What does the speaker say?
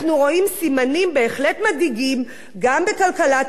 אנחנו רואים סימנים בהחלט מדאיגים גם בכלכלת